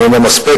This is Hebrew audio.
היא איננה מספקת,